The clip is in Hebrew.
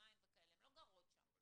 הן לא גרות שם.